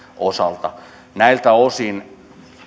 osalta näiltä osin